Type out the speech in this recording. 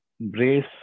brace